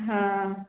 हाँ